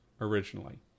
originally